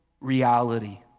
reality